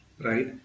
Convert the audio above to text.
right